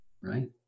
Right